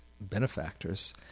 benefactors